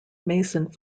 masons